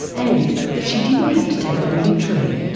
and that she didn't have to take them literally.